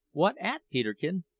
what at, peterkin?